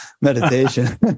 meditation